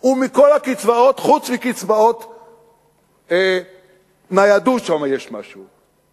ומכל הקצבאות חוץ מקצבאות ניידות, שם יש משהו.